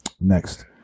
Next